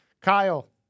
Kyle